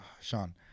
sean